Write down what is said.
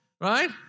Right